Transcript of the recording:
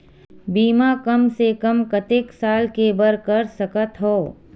बीमा कम से कम कतेक साल के बर कर सकत हव?